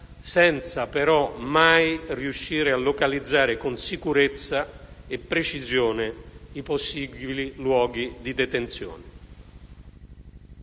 senza però mai riuscire a localizzare con sicurezza e precisione i possibili luoghi di detenzione.